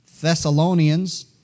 Thessalonians